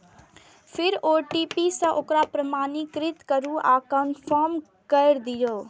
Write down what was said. फेर ओ.टी.पी सं ओकरा प्रमाणीकृत करू आ कंफर्म कैर दियौ